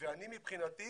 ואני מבחינתי